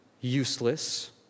useless